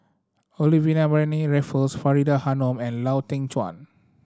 Olivia Mariamne Raffles Faridah Hanum and Lau Teng Chuan